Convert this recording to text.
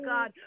God